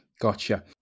Gotcha